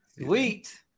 Sweet